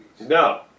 No